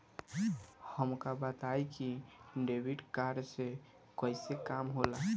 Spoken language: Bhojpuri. हमका बताई कि डेबिट कार्ड से कईसे काम होला?